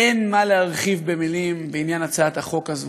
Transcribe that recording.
אין מה להרחיב במילים בעניין הצעת החוק הזאת.